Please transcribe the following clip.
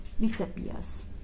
disappears